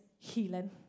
Healing